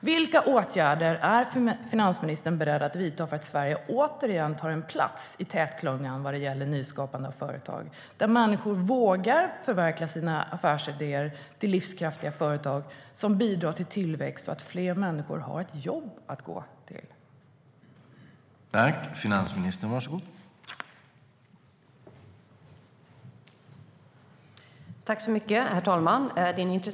Vilka åtgärder är finansministern beredd att vidta för att Sverige återigen ska ta en plats i tätklungan när det gäller nyskapande av företag, där människor vågar förverkliga sina affärsidéer till livskraftiga företag som bidrar till tillväxt och till att fler människor har ett jobb att gå till?